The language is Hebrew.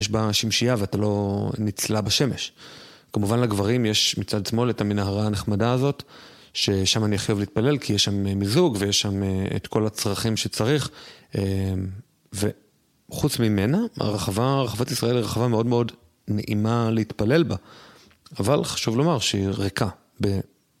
יש בה שמשייה ואתה לא נצלה בשמש. כמובן, לגברים יש מצד שמאל את המנהרה הנחמדה הזאת, ששם אני הכי אוהב להתפלל כי יש שם מיזוג ויש שם את כל הצרכים שצריך. וחוץ ממנה, רחבת ישראל היא רחבה מאוד מאוד נעימה להתפלל בה. אבל חשוב לומר שהיא ריקה.